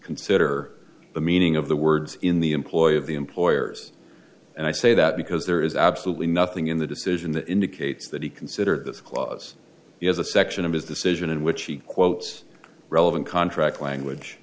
consider the meaning of the words in the employ of the employers and i say that because there is absolutely nothing in the decision that indicates that he considered this clause as a section of his decision in which he quotes relevant contract language